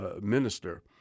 minister